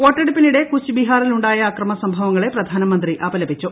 വോട്ടെടുപ്പിനിടെ കുച്ച് ബിഹാറിൽ ഉണ്ടായ അക്രമ സംഭവങ്ങളെ പ്രധാനമന്ത്രി അപലപിച്ചു